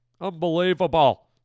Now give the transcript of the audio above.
Unbelievable